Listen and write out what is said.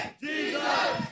Jesus